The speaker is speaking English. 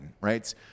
right